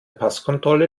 passkontrolle